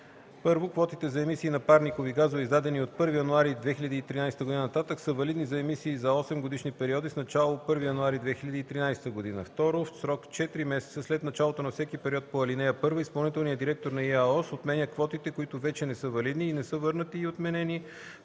(1) Квотите за емисии на парникови газове, издадени от 1 януари 2013 г. нататък, са валидни за емисии за 8-годишни периоди с начало 1 януари 2013 г. (2) В срок 4 месеца след началото на всеки период по ал. 1 изпълнителният директор на ИАОС отменя квотите, които вече не са валидни и не са върнати и отменени